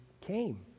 came